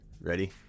Ready